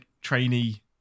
trainee